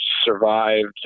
survived